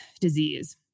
disease